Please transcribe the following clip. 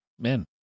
men